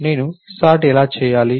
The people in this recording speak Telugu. నేను పర్జ్ ఎలా చేయాలి